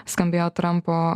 skambėjo trampo